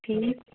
ٹھیٖک